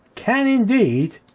can indeed,